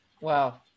Wow